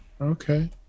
Okay